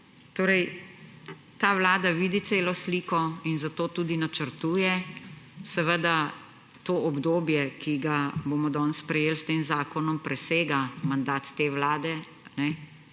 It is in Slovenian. Ta vlada vidi celo sliko in zato tudi načrtuje. Seveda to obdobje, ki ga bomo danes sprejeli s tem zakonom, presega mandat te vlade.